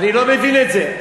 אני לא מבין את זה.